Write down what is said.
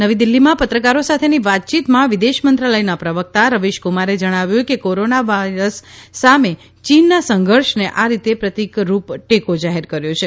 નવીદિલ્ફીમાં પત્રકારો સાથેની વાતચીતમાં વિદેશ મંત્રાલયના પ્રવક્તા રવીશક્રમારે જણાવ્યું કે કોરોના વાવર સામે ચીનના સંધર્ષને આ રીતે પ્રતિકરૂપ ટેકો જાહેર કર્યો છે